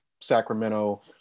Sacramento